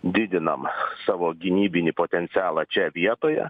didinam savo gynybinį potencialą čia vietoje